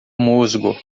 musgo